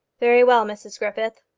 very well, mrs griffith,